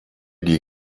die